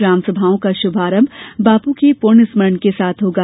ग्राम सभाओं का शुभारंभ बापू के पुण्य स्मरण के साथ होगा